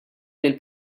lill